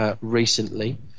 recently